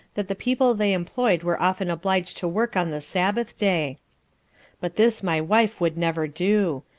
that the people they employ'd were often oblig'd to work on the sabbath-day but this my wife would never do,